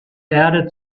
erde